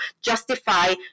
justify